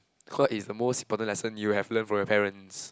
what is the most important lesson you have learnt from your parents